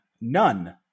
None